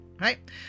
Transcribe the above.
right